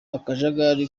akajagari